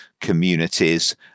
communities